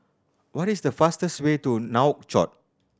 what is the fastest way to Nouakchott